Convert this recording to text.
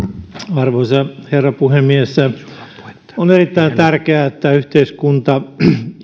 arvoisa herra puhemies on erittäin tärkeää että yhteiskunta